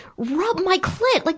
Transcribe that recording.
rub my clit. like,